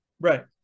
Right